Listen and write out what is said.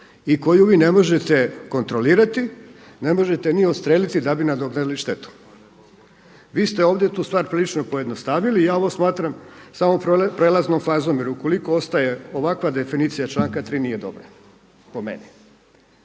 i koju vi ne možete kontrolirati, ne možete ni odstrijeli da bi nadoknadili štetu. Vi ste ovdje tu stvar prilično pojednostavili. Ja ovo smatram samo prijelaznom fazom. Jer ukoliko ostaje ovakva definicija članka 3. nije dobra, po meni.